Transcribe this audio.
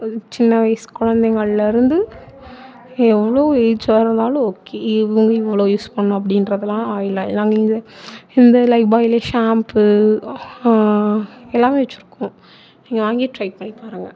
சின்ன வயது குழந்தைங்கள்லேருந்து எவ்வளோ ஏஜாக இருந்தாலும் ஓகே இவங்க இவ்வளோ யூஸ் பண்ணணும் அப்படின்றதலாம் இல்லை நாங்கள் இங்கே இந்த லைப்பாயில் ஷாம்பூ எல்லாமே வச்சிருக்கோம் நீங்கள் வாங்கி ட்ரை பண்ணி பாருங்கள்